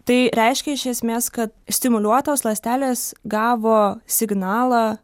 tai reiškia iš esmės kad stimuliuotos ląstelės gavo signalą